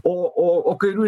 o o o kairių